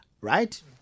right